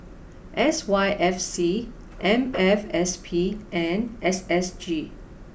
S Y F C M F S P and S S G